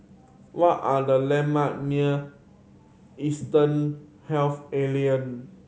what are the landmark near Eastern Health Alliance